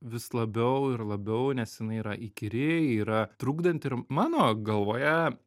vis labiau ir labiau nes jinai yra įkyri yra trukdanti ir mano galvoje